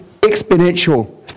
exponential